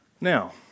Now